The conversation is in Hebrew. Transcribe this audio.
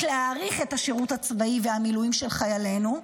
להאריך את השירות הצבאי והמילואים של חיילינו,